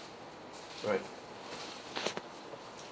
right